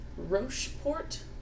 Rocheport